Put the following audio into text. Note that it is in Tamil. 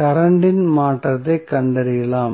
கரண்ட் இன் மாற்றத்தைக் கண்டறியலாம்